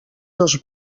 dos